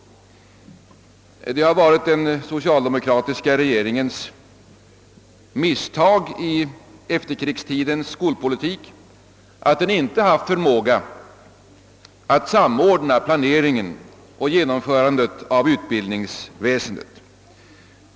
Det har varit den socialdemokratiska regeringens misstag i efterkrigstidens skolpolitik, att den inte samordnat planeringen och genomförandet av reformerna inom utbildningsväsendet.